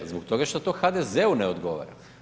Zbog toga što to HDZ-u ne odgovara.